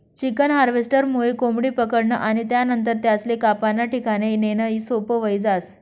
chicken हार्वेस्टरमुये कोंबडी पकडनं आणि त्यानंतर त्यासले कापाना ठिकाणे नेणं सोपं व्हयी जास